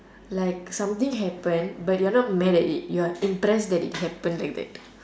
like something happen but you're not mad at it you're impressed that it happened like that